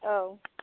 औ